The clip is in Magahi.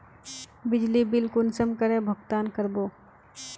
बिजली बिल कुंसम करे भुगतान कर बो?